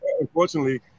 Unfortunately